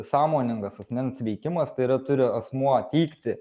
sąmoningas asmens veikimas tai yra turi asmuo teikti